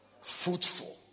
Fruitful